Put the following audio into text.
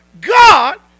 God